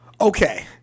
Okay